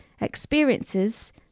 experiences